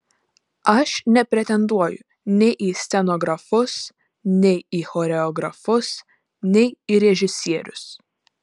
aš nepretenduoju nei į scenografus nei į choreografus nei į režisierius